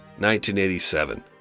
1987